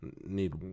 need